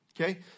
okay